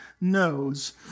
knows